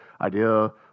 idea